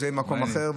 זה יהיה במקום אחר,